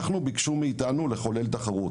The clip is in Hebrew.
אנחנו ביקשו מאיתנו לחולל תחרות,